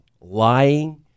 lying